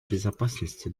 безопасности